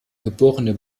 geborene